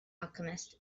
alchemist